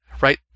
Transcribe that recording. right